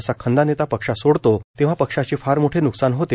असा खंदा नेता पक्ष सोडतो तेव्हा पक्षाचे फार मोठे न्कसान होते